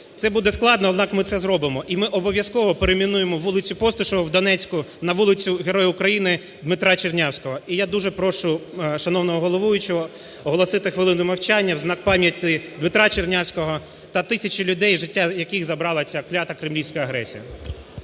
Це буде складно, однак ми це зробимо. І ми обов'язково перейменуємо вулицю Постишева в Донецьку на вулицю Героя України Дмитра Чернявського. І я дуже прошу шановного головуючого оголосити хвилину мовчання в знак пам'яті Дмитра Чернявського та тисячі людей, життя яких забрала ця клята кремлівська агресія.